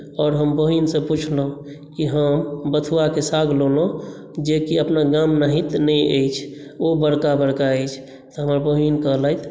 और हम बहिनसँ पुछलहुँ जे हम बथुआके साग लेलहुँ जेकि अपना गामनहित नहि अछि ओ बड़का बड़का अछि तऽ हमर बहिन कहलथि